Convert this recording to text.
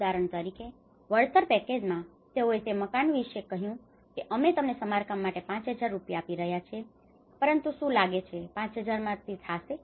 ઉદાહરણ તરીકે વળતર પેકેજમાં તેઓએ તે મકાન વિશે કહ્યું કે અમે તમને સમારકામ માટે 5000 રૂપિયા આપી રહ્યા છીએ પરંતુ શું તમને લાગે છે કે તેનો ખર્ચ 5000 રૂપિયા થશે